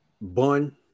bun